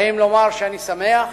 האם לומר שאני שמח